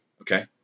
Okay